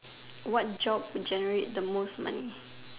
what job would generate the most money